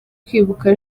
kwibuka